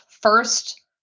First